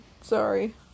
Sorry